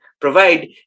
provide